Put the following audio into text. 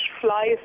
flies